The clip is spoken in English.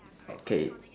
okay